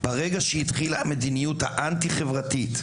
ברגע שהתחילה המדיניות האנטי חברתית,